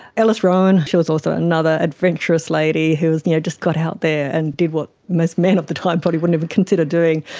ellis rowan, she was also another adventurous lady who you know just got out there and did what most men of the time probably wouldn't consider doing.